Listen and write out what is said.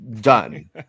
done